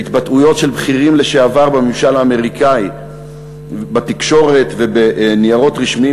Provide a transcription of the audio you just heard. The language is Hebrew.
בהתבטאויות של בכירים לשעבר בממשל האמריקני בתקשורת ובניירות רשמיים.